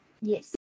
Yes